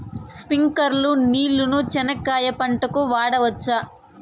స్ప్రింక్లర్లు నీళ్ళని చెనక్కాయ పంట కు వాడవచ్చా?